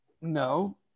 no